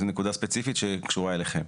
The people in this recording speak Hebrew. זו נקודה ספציפית שקשורה אליכם,